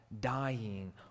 dying